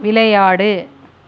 விளையாடு